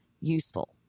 useful